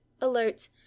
alert